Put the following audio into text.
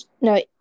no